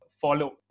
follow